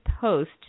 post